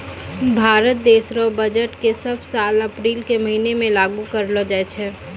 भारत देश रो बजट के सब साल अप्रील के महीना मे लागू करलो जाय छै